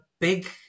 big